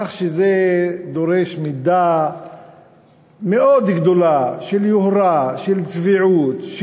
כך שזה דורש מידה מאוד גדולה של יוהרה, של צביעות,